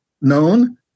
known